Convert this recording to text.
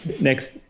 next